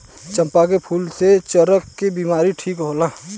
चंपा के फूल से चरक के बिमारी ठीक होला